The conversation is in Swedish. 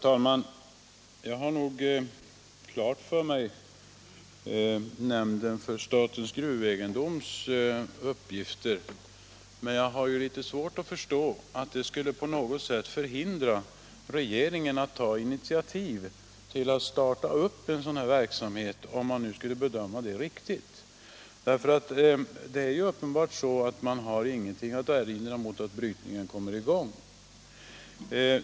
Herr talman! Jag har nog klart för mig vilka uppgifterna för nämnden för statens gruvegendom är, men jag har litet svårt att förstå att de skulle på något sätt hindra regeringen att ta initiativ till att starta en sådan här verksamhet, om man skulle bedöma det vara riktigt. Det är ju uppenbart så att det inte finns någonting att erinra mot att brytning kommer i gång.